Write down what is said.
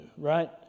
right